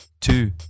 two